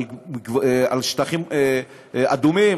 על שטחים אדומים,